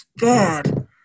God